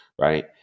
right